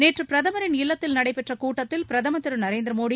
நேற்று பிரதமரின் இல்லத்தில் நடைபெற்ற கூட்டத்தில் பிரதமர் திரு நரேந்திர மோடி